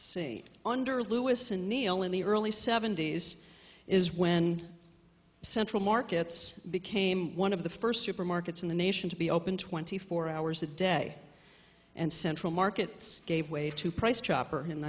see under louis and neil in the early seventy's is when central markets became one of the first supermarkets in the nation to be open twenty four hours a day and central markets gave way to price chopper in